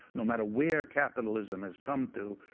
no matter where capitalism has come to,